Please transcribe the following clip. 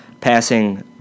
passing